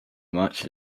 much